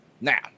Now